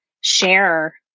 share